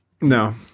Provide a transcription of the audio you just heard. no